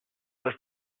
was